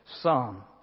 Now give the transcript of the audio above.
psalm